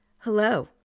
Hello